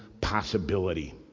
possibility